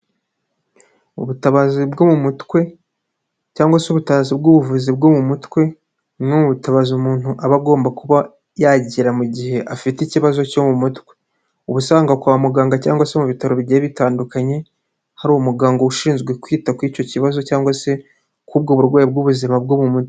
Ubutabazi bwo mu mutwe cyangwa se ubutazi bw'ubuvuzi bwo mu mutwe ni ubutabaza umuntu aba agomba kuba yagira mu gihe afite ikibazo cyo mu mutwe, uba usanga kwa muganga cyangwa se mu bitaro bigiye bitandukanye hari umuganga ushinzwe kwita kuri icyo kibazo cyangwa se k'ubwo burwayi bw'ubuzima bwo mu mutwe.